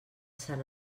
sant